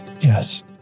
yes